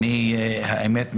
האמת,